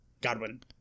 Godwin